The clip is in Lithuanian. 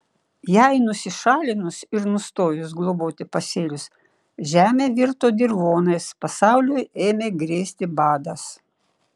jai nusišalinus ir nustojus globoti pasėlius žemė virto dirvonais pasauliui ėmė grėsti badas